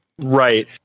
Right